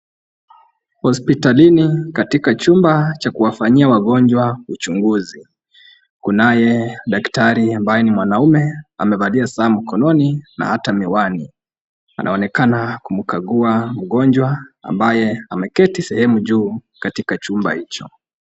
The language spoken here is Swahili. Hospitalini katika chumba cha kuwafanyia wagonjwa uchunguzi, kunaye daktari ambaye ni mwanamume amevalia saa mkononi na hata miwani, anaonekana kumkagua mgonjwa ambaye ameketi sehemu juu katika chumba hicho.